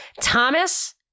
Thomas